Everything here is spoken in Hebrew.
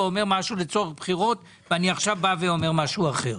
או אומר משהו לצורך בחירות ועכשיו בא ואומר משהו אחר.